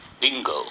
Bingo